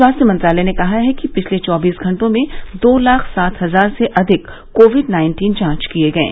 स्वाथ्य मंत्रालय ने कहा है कि पिछले चौबीस घंटों में दो लाख सात हजार से अधिक कोविड नाइन्टीन जांच किये गये